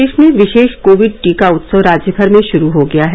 प्रदेश में विशेष कोविड टीका उत्सव राज्यभर में शुरू हो गया है